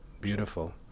Beautiful